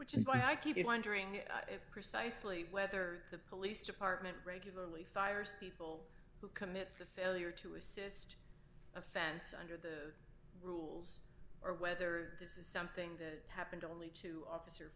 which is why i keep wondering precisely whether the police department regularly fires people who commit the failure to assist offense under the rules or whether this is something that happened only officer